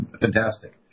fantastic